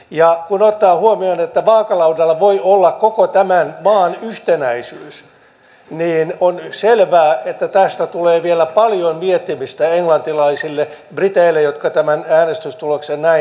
ja kun ottaa huomioon että vaakalaudalla voi olla koko tämän maan yhtenäisyys niin on selvää että tästä tulee vielä paljon miettimistä englantilaisille briteille jotka tämän äänestystuloksen näin päättivät